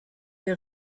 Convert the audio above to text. der